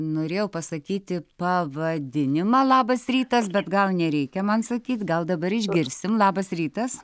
norėjau pasakyti pavadinimą labas rytas bet gal nereikia man sakyt gal dabar išgirsim labas rytas